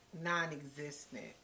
non-existent